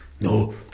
no